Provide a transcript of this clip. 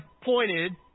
pointed